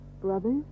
Brothers